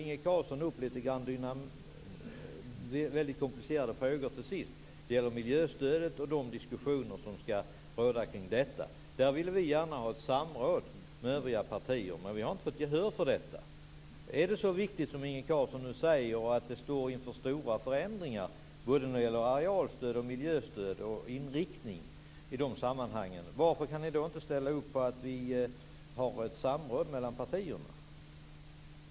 Inge Carlsson tog upp komplicerade frågor, t.ex. diskussionerna kring miljöstödet. Vi vill gärna ha ett samråd med övriga partier. Vi har inte fått gehör för det. Om det är så att vi står inför stora förändringar, som Inge Carlsson säger, i inriktningen både när det gäller arealstöd och när det gäller miljöstöd, varför kan ni inte ställa upp på att vi har ett samråd mellan partierna?